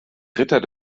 ritter